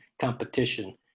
competition